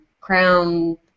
Crown